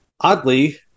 oddly